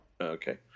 Okay